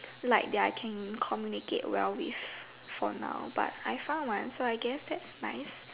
like they're can communicate well with for now but I found mine so I guess that's nice